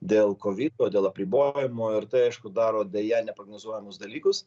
dėl kovido dėl apribojimų ir tai aišku daro deja neprognozuojamus dalykus